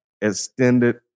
extended